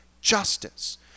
justice